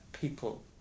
people